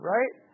Right